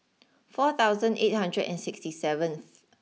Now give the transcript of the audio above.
four thousand eight hundred and sixty seventh